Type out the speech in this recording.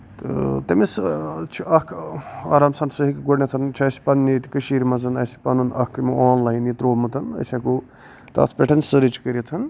تہٕ تٔمِس چھُ اکھ آرام سان سُہ ہٮ۪کہِ گۄڈٕنیتھ چھِ اَسہِ پَنٕنہِ ییٚتہِ کٔشیٖر منٛز اَسہِ پَنُن اکھ یہِ آن لاین یہِ تروومُت أسۍ ہٮ۪کو تَتھ پٮ۪ٹھ سٔرٕچ کٔرِتھ